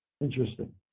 Interesting